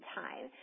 time